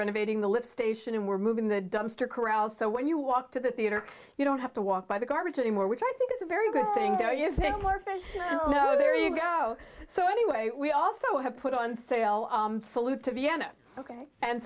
renovating the lift station and we're moving the dumpster corrals so when you walk to the theater you don't have to walk by the garbage anymore which i think is a very good thing though if it were fish oh no there you go so anyway we also have put on sale i salute to vienna ok and